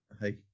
Hey